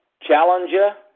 Challenger